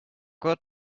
good